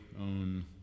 own